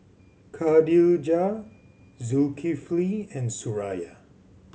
Khadija Zulkifli and Suraya